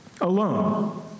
alone